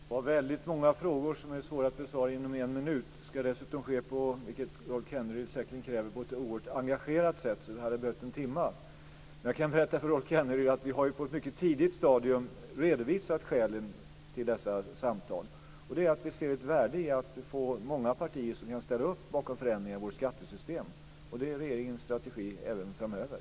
Fru talman! Det var väldigt många frågor som är svåra att besvara inom en minut. Ska det dessutom ske, vilket Rolf Kenneryd säkerligen kräver, på ett oerhört engagerat sätt behöver jag en timme. Men jag kan berätta för Rolf Kenneryd att vi på ett mycket tidigt stadium har redovisat skälen till dessa samtal. Vi ser ett värde i att många partier kan ställa upp bakom förändringar i vårt skattesystem. Det är regeringens strategi även framöver.